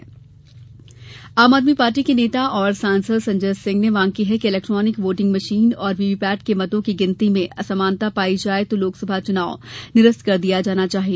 आप पार्टी आम आदमी पार्टी के नेता एवं सांसद संजय सिंह ने मांग कि है कि यदि इलेक्ट्रॉनिक वोटिंग मशीन ईवीएम और वीवीपैट के मतों की गिनती में असमानता पायी जाये तो लोकसभा चुनाव निरस्त कर दिया जाना चाहिए